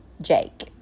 Jake